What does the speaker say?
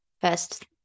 first